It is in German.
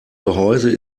gehäuse